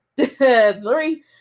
three